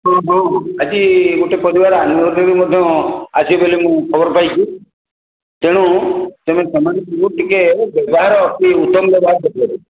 ହଁ ହଁ ଆଜି ଗୋଟେ ପରିବାର ଆନିଭର୍ସରୀ ଆସିବେ ବୋଲି ମୁଁ ଖବର ପାଇଛି ତେଣୁ ତୁମେ ସେମାନଙ୍କୁ ଟିକିଏ ବ୍ୟବହାର ଅତି ଉତ୍ତମ ବ୍ୟବହାର ଦେଖାଇବ